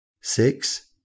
six